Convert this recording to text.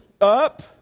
up